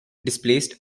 displaced